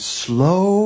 slow